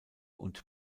und